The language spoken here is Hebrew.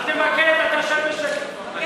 אל תמקד, אתה שב בשקט כבר.